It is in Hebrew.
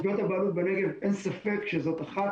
תביעות הבעלות בנגב אין ספק שזאת אחת